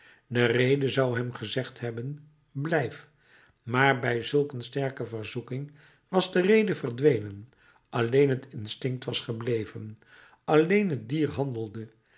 de rede zou hem gezegd hebben blijf maar bij zulk een sterke verzoeking was de rede verdwenen alleen het instinct was gebleven alleen het dier handelde